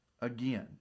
again